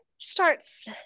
starts